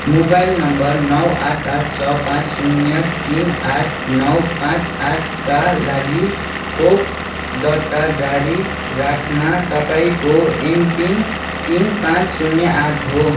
mobile number नौ आठ आठ छ पाँच शुन्य तिन आठ नौ पाँच आठका लागि खोप दर्ता जारी राख्न तपाईँँको एमपिन तिन पाँच शून्य आठ हो